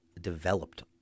developed